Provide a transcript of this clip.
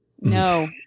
No